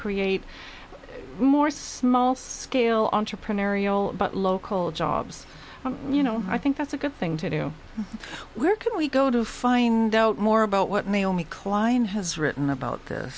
create more small scale entrepreneurial local jobs you know i think that's a good thing to do where can we go to find out more about what naomi klein has written about